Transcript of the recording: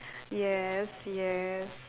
yes yes